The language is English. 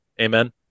Amen